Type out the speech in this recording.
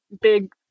big